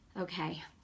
Okay